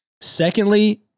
Secondly